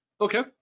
Okay